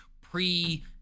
pre